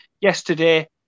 yesterday